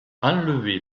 enlever